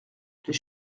les